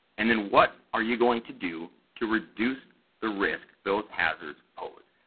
and then, what are you going to do to reduce the risk those hazards pose?